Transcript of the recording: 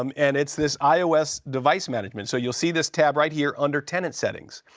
um and it's this ios device management. so you will see this tab right here under tenant settings.